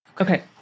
Okay